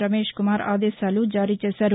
రమేష్ కుమార్ ఆదేశాలు జారీ చేశారు